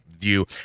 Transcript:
view